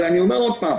אבל אני אומר עוד פעם